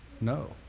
No